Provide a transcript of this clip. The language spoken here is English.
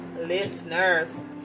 listeners